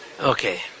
Okay